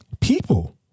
People